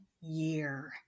year